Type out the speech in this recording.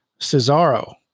Cesaro